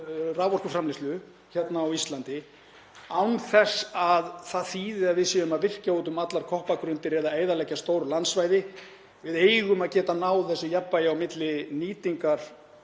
raforkuframleiðslu á Íslandi án þess að það þýði að við séum að virkja út um allar koppagrundir eða eyðileggja stór landsvæði. Við eigum að geta náð þessu jafnvægi á milli nýtingar